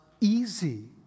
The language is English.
easy